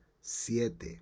Siete